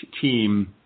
team